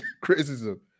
criticism